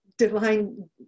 divine